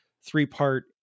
three-part